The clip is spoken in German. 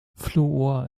fluor